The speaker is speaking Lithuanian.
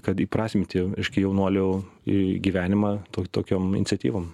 kad įprasmintijum reiškia jaunuolių į gyvenimą tok tokiom iniciatyvom